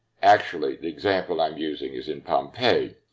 actually, the example i'm using is in pompeii.